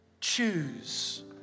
choose